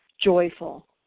joyful